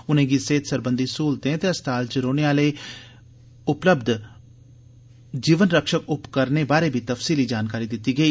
उनेंगी सेहत सरबंधी स्हूलतें ते अस्पताल च होरने जीवन रक्षक उपकरणें बारे बी तफसीली जानकारी दिती गेई